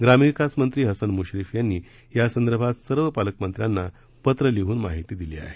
ग्रामविकास मंत्री हसन मुश्रीफ यांनी यासंदर्भात सर्व पालकमंत्र्यांना पत्र लिहून माहिती दिली आहे